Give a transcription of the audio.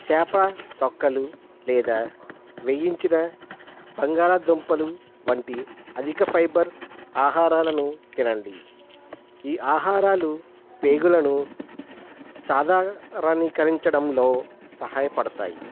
చేప తొక్కలు లేదా వేయించిన బంగాళదుంపలు వంటి అధిక ఫైబర్ ఆహారాలను తినండి ఈ ఆహారాలు పేగులను సాధారణీకరించడంలో సహాయపడతాయి